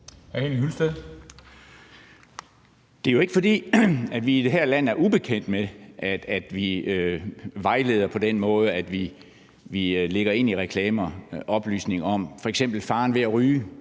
Det er jo ikke, fordi vi i det her land er ubekendt med, at vi vejleder på den måde, at vi i reklamer lægger oplysninger ind, f.eks. om faren ved at ryge.